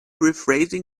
rephrasing